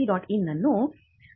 in ಅನ್ನು ಬಳಸಬಹುದು